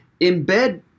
embed